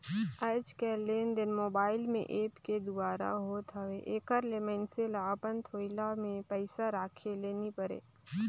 आएज काएललेनदेन मोबाईल में ऐप के दुवारा होत हवे एकर ले मइनसे ल अपन थोइला में पइसा राखे ले नी परे